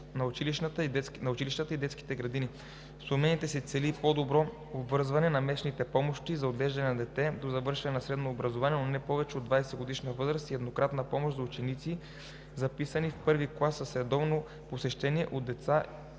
на училищата и детските градини. С промените се цели по-доброто обвързване на месечните помощи за отглеждане на дете – до завършването на средно образование, но не повече от 20-годишна възраст, и еднократната помощ за ученици, записани в първи клас, с редовното посещаване от деца